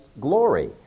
glory